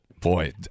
boy